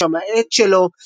לפי שם העט שלו,